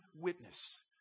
witness